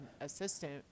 assistant